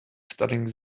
studying